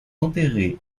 enterré